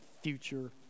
future